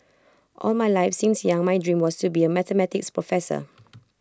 all my life since young my dream was to be A mathematics professor